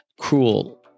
cruel